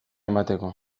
emateko